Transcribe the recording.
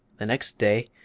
the next day,